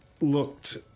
looked